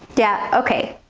yeah, okay.